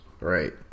Right